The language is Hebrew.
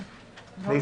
בבקשה.